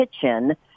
kitchen